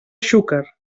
xúquer